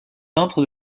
peintre